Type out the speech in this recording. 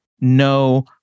no